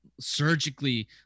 surgically